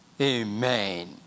Amen